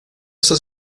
esta